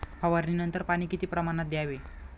फवारणीनंतर पाणी किती प्रमाणात द्यावे?